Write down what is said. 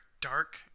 dark